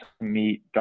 meet